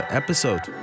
episode